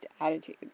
attitude